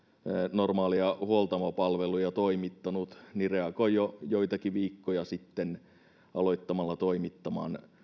normaaleja huoltamopalveluja toimittanut reagoi jo joitakin viikkoja sitten aloittamalla toimittamaan